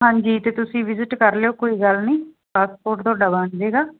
ਹਾਂਜੀ ਅਤੇ ਤੁਸੀਂ ਵਿਜਿਟ ਕਰ ਲਿਓ ਕੋਈ ਗੱਲ ਨਹੀਂ ਪਾਸਪੋਰਟ ਤੁਹਾਡਾ ਬਣ ਜੇਗਾ